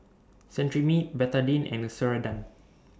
Cetrimide Betadine and Ceradan